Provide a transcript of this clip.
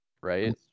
right